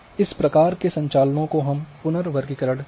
इस प्रकार के संचालनों को हम पुनर्वर्गीकरण कहते हैं